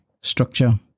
structure